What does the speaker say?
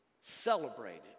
celebrated